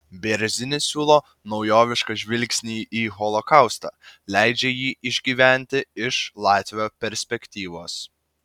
bėrzinis siūlo naujovišką žvilgsnį į holokaustą leidžia jį išgyventi iš latvio perspektyvos